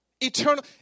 Eternal